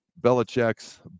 Belichick's